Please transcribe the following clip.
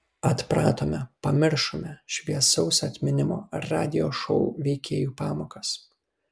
atpratome pamiršome šviesaus atminimo radijo šou veikėjų pamokas